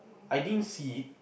I didn't see it